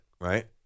right